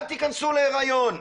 אל תכנסו להריון,